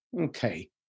Okay